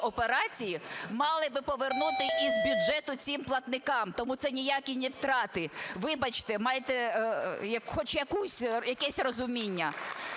операції мали би повернути із бюджету цим платникам, тому це ніякі не втрати. Вибачте, майте хоч якесь розуміння.